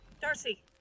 Darcy